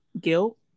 guilt